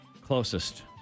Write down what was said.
Closest